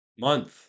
month